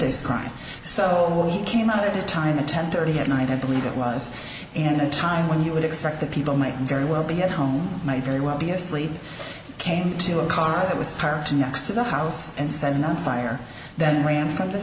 this crime so when he came out at a time at ten thirty at night i believe it was in a time when you would expect that people might very well be at home might very well be asleep came to a car that was parked next to the house and senate fire then ran from the